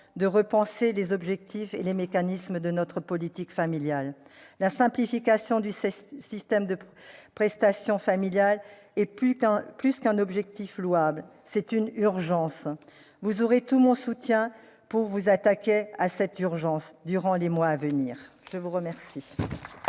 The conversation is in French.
de repenser les objectifs et les mécanismes de notre politique familiale. La simplification du système des prestations familiales est plus qu'un objectif louable, c'est une urgence ! Vous aurez tout mon soutien pour vous attaquer à celle-ci au cours des mois à venir. La parole